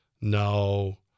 No